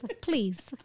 Please